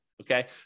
okay